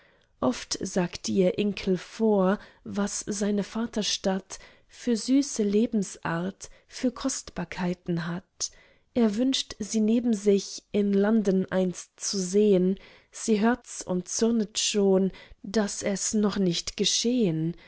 oft sagt ihr inkle vor was seine vaterstadt für süße lebensart für kostbarkeiten hat er wünscht sie neben sich in london einst zu sehen sie hörts und zürnet schon daß es noch nicht geschehen